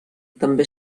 també